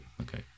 Okay